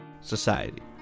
Society